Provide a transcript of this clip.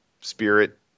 spirit